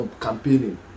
campaigning